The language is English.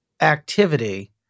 activity